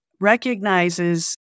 recognizes